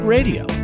Radio